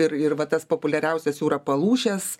ir ir va tas populiariausias jūra palūšės